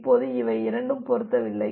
இப்போது இவை இரண்டும் பொருந்தவில்லை